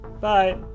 bye